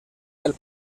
del